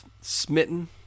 Smitten